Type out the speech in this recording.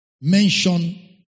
mention